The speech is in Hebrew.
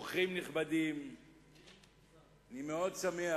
אורחים נכבדים, אני מאוד שמח,